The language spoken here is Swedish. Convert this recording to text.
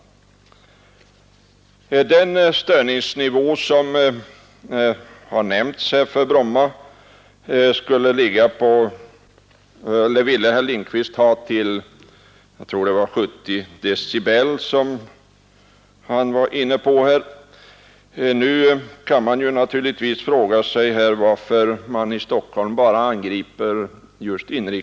Herr Lindkvist angav störningsnivån för Bromma till 70 decibel. Varför angriper man i Stockholm bara inrikesflyget på Bromma?